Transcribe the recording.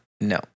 No